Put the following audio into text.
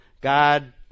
God